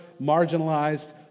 marginalized